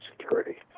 Security